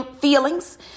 feelings